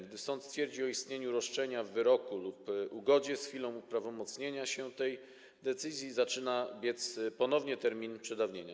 Gdy sąd stwierdzi istnienie roszczenia w wyroku lub ugodzie, z chwilą uprawomocnienia się tej decyzji zaczyna biec ponownie termin przedawnienia.